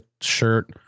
shirt